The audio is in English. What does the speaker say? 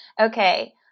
okay